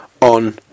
on